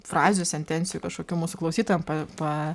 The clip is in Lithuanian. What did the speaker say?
frazių sentencijų kažkokių mūsų klausytojams papa